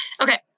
Okay